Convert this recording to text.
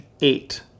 eight